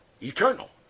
eternal